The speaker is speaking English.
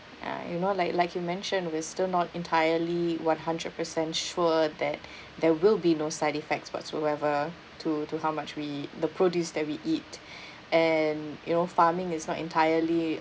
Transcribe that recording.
uh you know like like you mentioned we're still not entirely one-hundred-percent sure that there will be no side effects whatsoever to to how much we the produce that we eat and you know farming is not entirely